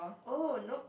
oh nope